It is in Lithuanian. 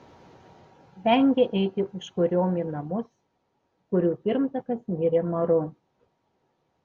vengė eiti užkuriom į namus kurių pirmtakas mirė maru